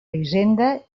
hisenda